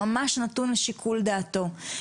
זה ממש נתון לשיקול דעתו.